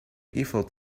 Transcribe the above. eiffel